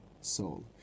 soul